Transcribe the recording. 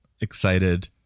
excited